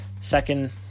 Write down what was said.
second